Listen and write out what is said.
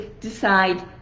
decide